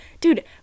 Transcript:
dude